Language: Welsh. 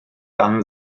dan